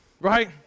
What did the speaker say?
right